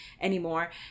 anymore